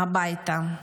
הביתה.